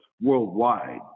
worldwide